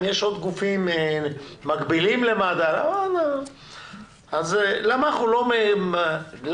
יש עוד גופים מגבילים למד"א אז למה אנחנו לא משתפים?